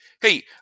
Hey